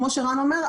כמו שרן אומר,